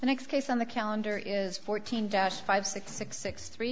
next case on the calendar is fourteen dash five six six six three